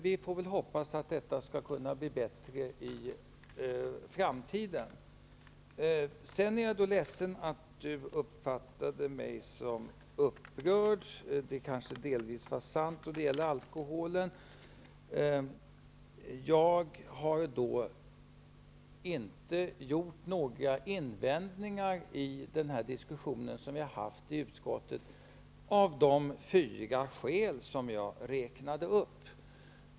Vi får hoppas att detta skall bli bättre i framtiden. Jag är ledsen för att Jan Andersson uppfattade mig som upprörd. Det kanske delvis var sant då det gällde alkoholen. Jag har inte gjort några invändningar i den diskussion som vi har haft i utskottet av de fyra skäl som jag räknade upp.